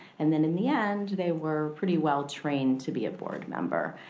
and then in the end, they were pretty well trained to be a board member.